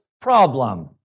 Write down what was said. problem